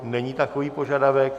Není takový požadavek.